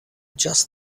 just